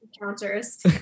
encounters